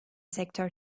sektör